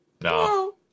No